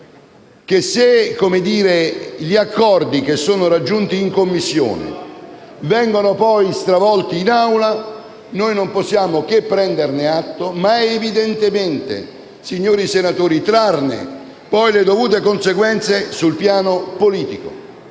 politico: se gli accordi raggiunti in Commissione vengono poi stravolti in Aula, noi non possiamo che prenderne atto e evidentemente, signori senatori, trarne le dovute conseguenze sul piano politico.